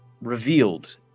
revealed